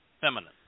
feminine